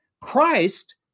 Christ